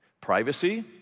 Privacy